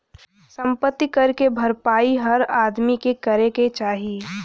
सम्पति कर के भरपाई हर आदमी के करे क चाही